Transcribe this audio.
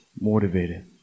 motivated